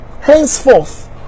henceforth